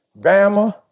Bama